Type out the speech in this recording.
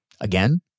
Again